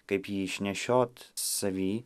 kaip jį išnešiot savy